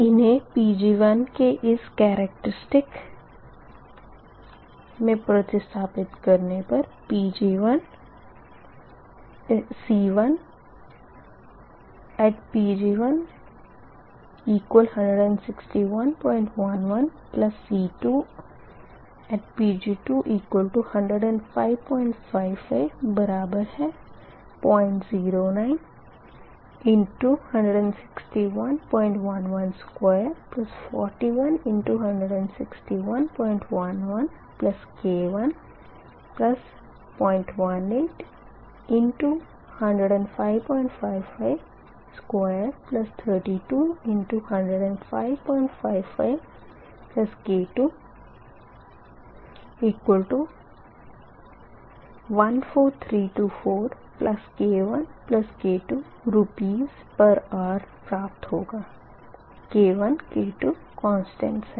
इन्हें Pg1 के इस केरेक्ट्रिसटिक मे प्रतिस्थपित करने पर C1Pg116111C2Pg210555 009×16111241×16111 K1018×10555232×10555K214324K1K2 Rshr प्राप्त होगा K1 K2 कोनसटेंट है